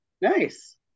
Nice